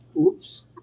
Oops